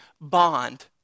bond